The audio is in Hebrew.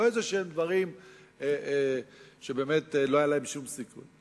לא איזשהם דברים שבאמת לא היה להם שום סיכוי,